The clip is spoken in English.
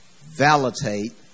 validate